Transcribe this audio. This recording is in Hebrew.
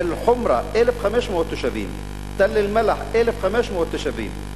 אל-חומרה 1,500 תושבים,